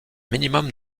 minimum